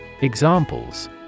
Examples